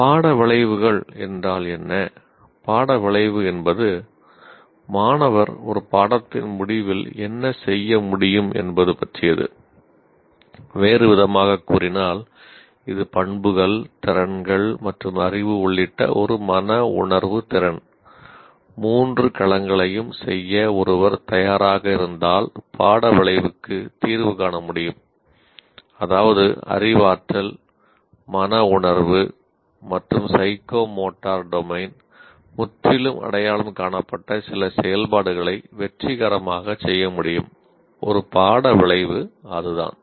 பாட விளைவுகள் மற்றும் சைக்கோமோட்டர் டொமைன் முற்றிலும் அடையாளம் காணப்பட்ட சில செயல்பாடுகளை வெற்றிகரமாகச் செய்ய முடியும் ஒரு பாட விளைவு அதுதான்